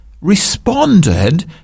responded